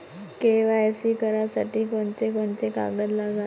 KYC करासाठी कोंते कोंते कागद लागन?